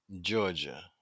Georgia